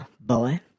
boy